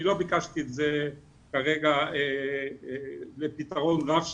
אני לא ביקשתי את זה כרגע לפתרון רב שנתי,